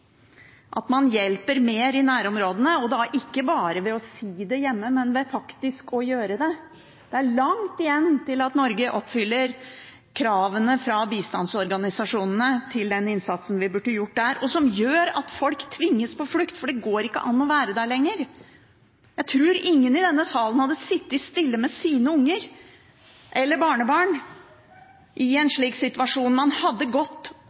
at man hjelper mer i nærområdene, og da ikke bare ved å si det hjemme, men ved faktisk å gjøre det. Det er langt igjen til Norge oppfyller kravene fra bistandsorganisasjonene, til den innsatsen vi burde gjort der. Folk tvinges på flukt, for det går ikke an å være der lenger. Jeg tror ingen i denne salen hadde sittet stille med sine unger eller barnebarn i en slik situasjon. Man hadde gått.